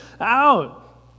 out